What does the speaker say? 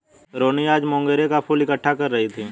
रोहिनी आज मोंगरे का फूल इकट्ठा कर रही थी